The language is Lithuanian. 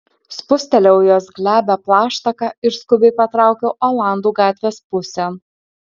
spustelėjau jos glebią plaštaką ir skubiai patraukiau olandų gatvės pusėn